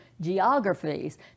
geographies